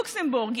לוקסמבורג,